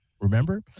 remember